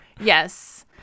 yes